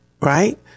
right